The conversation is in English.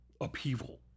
upheaval